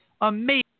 amazing